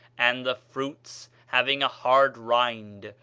and the fruits having a hard rind,